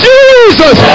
Jesus